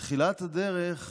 בתחילת הדרך,